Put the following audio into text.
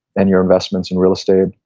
and you're investments in real estate.